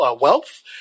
wealth